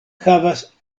havas